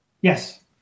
Yes